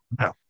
No